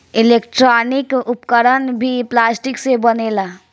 electronic उपकरण भी plastic से बनेला